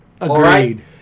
agreed